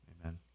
amen